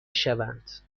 شوند